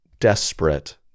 desperate